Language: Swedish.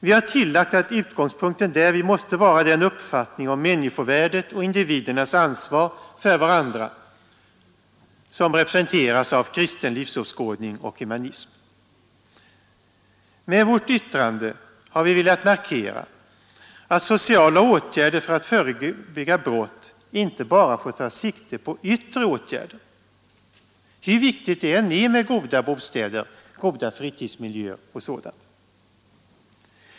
Vi har tillagt att utgångspunkten därvid måste vara den uppfattning om människovärdet och individernas ansvar för varandra, som representeras av kristen livsåskådning och humanism. Med vårt yttrande har vi velat markera att sociala åtgärder för att förebygga brott inte bara får ta sikte på yttre åtgärder, hur viktigt det än är med goda bostäder, goda fritidsmiljöer och sådant.